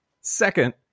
Second